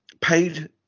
paid